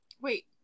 wait